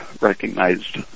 recognized